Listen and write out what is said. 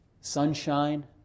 sunshine